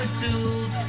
tools